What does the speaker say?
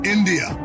India